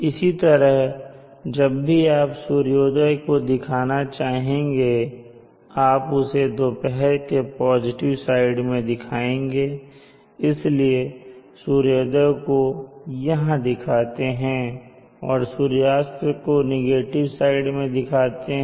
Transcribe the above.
इसी तरह जब भी आप सूर्योदय को दिखाना चाहेंगे आप उसे दोपहर के पॉजिटिव साइड में दिखाएँगे इसलिए सूर्योदय को यहां दिखाते हैं और सूर्यास्त को यहां नेगेटिव साइड में दिखाते हैं